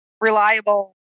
reliable